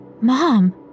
Mom